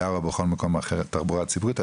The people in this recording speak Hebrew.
ערה או בכל מקום אחר תחבורה ציבורית,